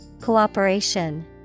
Cooperation